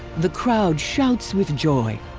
the crowd shouts with joy.